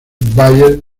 bayer